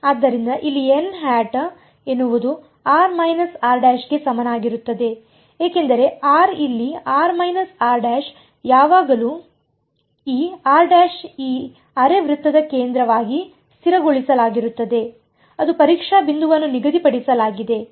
ಆದ್ದರಿಂದ ಇಲ್ಲಿ ಎನ್ನುವುದು ಗೆ ಸಮಾನವಾಗಿರುತ್ತದೆ ಏಕೆಂದರೆ r ಇಲ್ಲಿ ಯಾವಾಗಲೂ ಈ ಈ ಅರೆ ವೃತ್ತದ ಕೇಂದ್ರವಾಗಿ ಸ್ಥಿರಗೊಳಿಸಲಾಗಿರುತ್ತದೆ ಅದು ಪರೀಕ್ಷಾ ಬಿಂದುವನ್ನು ನಿಗದಿಪಡಿಸಲಾಗಿದೆ